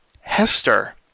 Hester